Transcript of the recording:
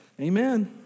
Amen